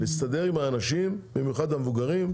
להסתדר עם האנשים, במיוחד המבוגרים,